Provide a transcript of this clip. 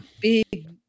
Big